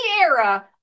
era